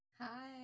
Hi